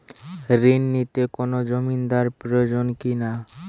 ঋণ নিতে কোনো জমিন্দার প্রয়োজন কি না?